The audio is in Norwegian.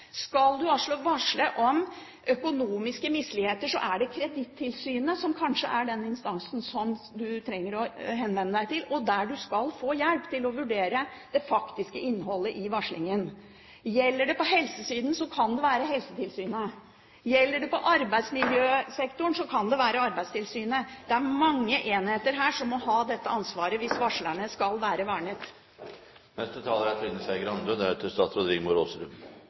Skal du varsle om økonomiske misligheter, er det Kredittilsynet som kanskje er den instansen som du trenger å henvende deg til, og der du skal få hjelp til å vurdere det faktiske innholdet i varslingen. Gjelder det på helsesiden, kan det være Helsetilsynet. Gjelder det arbeidsmiljøsektoren, kan det være Arbeidstilsynet. Det er mange enheter her som må ha dette ansvaret hvis varslerne skal være vernet.